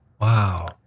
Wow